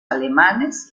alemanes